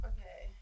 Okay